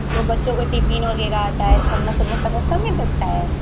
जो बच्चों के टिफ़िन वग़ैरह आता है थर्मस वग़ैरह आता है सब मिल सकता है